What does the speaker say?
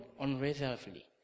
unreservedly